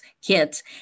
kits